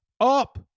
up